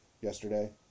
yesterday